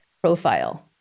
profile